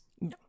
No